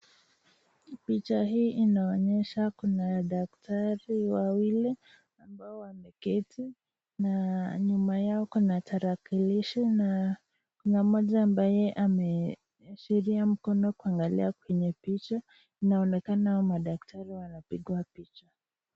Picha hii inaonyesha kuna daktari wawili ambao wameketi na nyuma yao kuna darakilishi na moja ambaye ameashiri mkono kuangalia kwenye picha anaonekana madaktari wanapigwa picha.